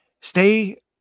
stay